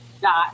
dot